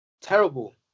terrible